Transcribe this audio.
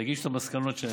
שיגישו כבר מסקנות.